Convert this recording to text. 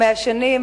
מהשנים,